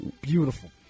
beautiful